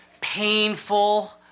painful